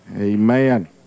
Amen